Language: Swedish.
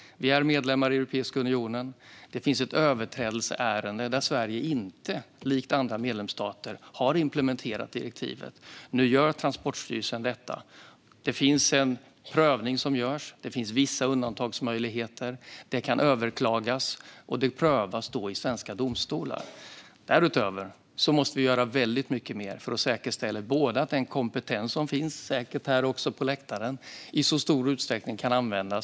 Vi är medlemmar i Europeiska unionen, och det finns ett överträdelseärende därför att Sverige inte har implementerat direktivet som andra medlemsstater. Nu gör Transportstyrelsen detta. En prövning görs, och det finns vissa undantagsmöjligheter. Det kan överklagas, och det prövas då i svenska domstolar. Därutöver måste vi göra väldigt mycket mer för att säkerställa att den kompetens som finns - säkert även här på läktaren - kan användas i så stor utsträckning som möjligt.